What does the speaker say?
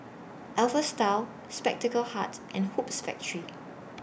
Alpha Style Spectacle Hut and Hoops Factory